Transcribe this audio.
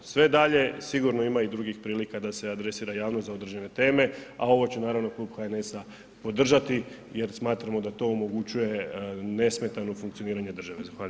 Sve dalje sigurno ima i drugih prilika da se adresira javnost za određene teme, a ovo će naravno klub HNS-a podržati jer smatramo da to omogućuje nesmetano funkcioniranje države.